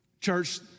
Church